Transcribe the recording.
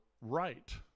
right